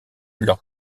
leur